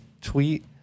tweet